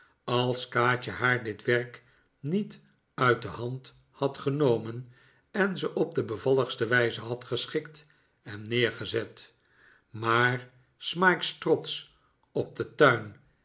als kaatje haar dit werk niet uit de hand had genomen en ze op de bevalligste wijze had geschikt en neergezet maar smike's trots op den tuin